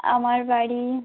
আমার বাড়ি